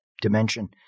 dimension